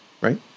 right